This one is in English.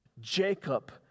Jacob